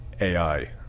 AI